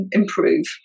improve